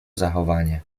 zachowanie